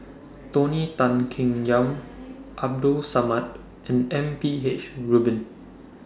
Tony Tan Keng Yam Abdul Samad and M P H Rubin